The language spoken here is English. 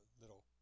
little